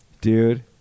dude